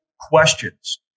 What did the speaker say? questions